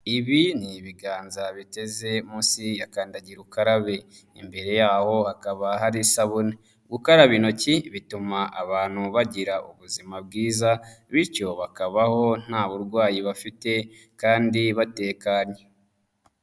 Ibi ni ibiganza biteze munsi ya kandagira ukarabe, imbere y'aho hakaba hari isabune, gukaraba intoki bituma abantu bagira ubuzima bwiza bityo bakabaho nta burwayi bafite kandi batekanye.